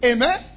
Amen